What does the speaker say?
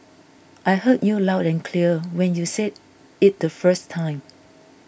I heard you loud and clear when you said it the first time